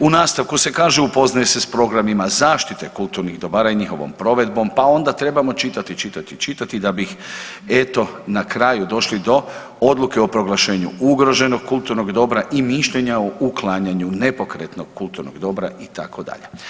U nastavku se kaže upoznaje se s programima zaštite kulturnih dobara i njihovom provedbom, pa onda trebamo čitati, čitati, čitati da bih eto na kraju eto došli do odluke o proglašenju ugroženog kulturnog dobra i mišljenja o uklanjanju nepokretnog kulturnog dobra itd.